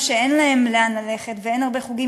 כשאין להם לאן ללכת ואין הרבה חוגים,